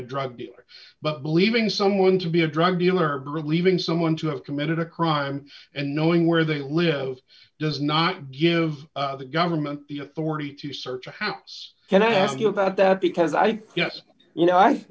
a drug dealer but believing someone to be a drug dealer or leaving someone to have committed a crime and knowing where they lived does not give the government the authority to search a house and ask you about that because i think yes you know i